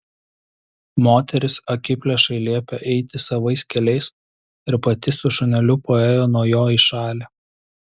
moteris akiplėšai liepė eiti savais keliais ir pati su šuneliu paėjo nuo jo į šalį